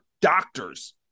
doctors